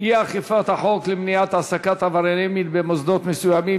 אי-אכיפת החוק למניעת העסקת עברייני מין במוסדות מסוימים,